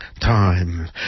time